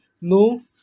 no